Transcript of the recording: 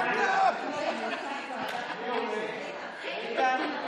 בבקשה, ירדנה.